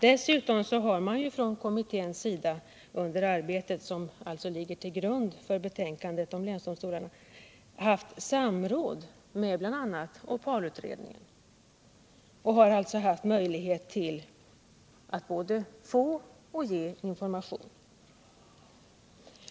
Dessutom har ju kommittén under arbetet som ligger till grund för betänkandet om länsdomstolar haft samråd med bl.a. OPAL-utredningen och alltså haft möjlighet att både få och ge information.